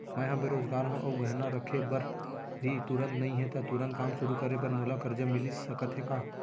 मैं ह बेरोजगार हव अऊ गहना रखे बर भी तुरंत नई हे ता तुरंत काम शुरू करे बर मोला करजा मिलिस सकत हे का?